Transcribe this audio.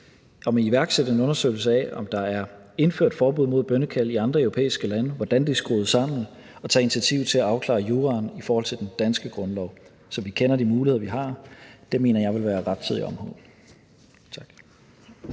om at iværksætte en undersøgelse af, om der er indført forbud mod bønnekald i andre europæiske lande, hvordan det er skruet sammen, og tage initiativ til at afklare juraen i forhold til den danske grundlov, så vi kender de muligheder, vi har. Det mener jeg vil være rettidig omhu. Tak.